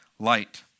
Light